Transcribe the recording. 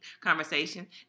conversation